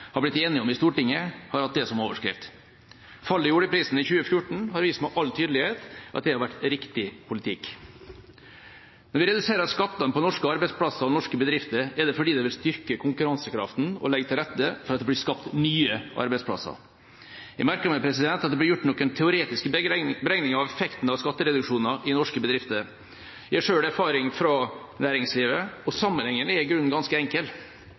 har blitt enige om i Stortinget, har hatt det som overskrift. Fallet i oljeprisen i 2014 har vist med all tydelighet at det har vært riktig politikk. Når vi reduserer skattene på norske arbeidsplasser og norske bedrifter, er det fordi det vil styrke konkurransekraften og legge til rette for at det blir skapt nye arbeidsplasser. Jeg merker meg at det blir gjort noen teoretiske beregninger av effekten av skattereduksjoner i norske bedrifter. Jeg har selv erfaring fra næringslivet, og sammenhengen er i grunnen ganske enkel,